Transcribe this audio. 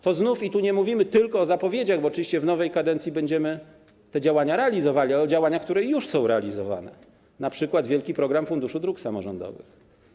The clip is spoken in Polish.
Tu znów nie mówimy tylko o zapowiedziach - oczywiście w nowej kadencji będziemy te działania realizowali - ale o działaniach, które już są realizowane, np. wielki program Funduszu Dróg Samorządowych.